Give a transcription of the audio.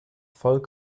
volk